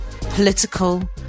political